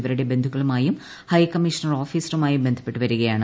ഇവരുടെ ബന്ധുക്കളുമായും ഹൈക്കമ്മീഷ്ണർ ്ഓഫീസുമായും ബന്ധപ്പെട്ടു വരികയാണ്